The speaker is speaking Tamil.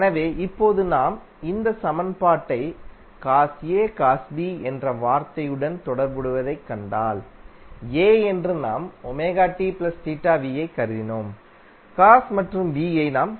எனவே இப்போது நாம் இந்த சமன்பாட்டை காஸ் A காஸ் B என்ற வார்த்தையுடன் தொடர்புபடுத்துவதைக் கண்டால் A என்று நாம்கருதினோம் காஸ் மற்றும் B ஐ நாம் கருதினோம்